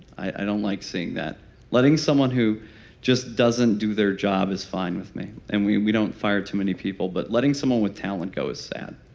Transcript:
i don't like seeing that letting someone who just doesn't do their job is fine with me. and we we don't fire too many people but letting someone with talent go is sad